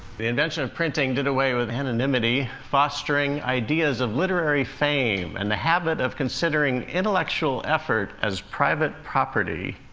the invention of printing did away with anonymity, fostering ideas of literary fame and the habit of considering intellectual effort as private property,